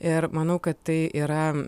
ir manau kad tai yra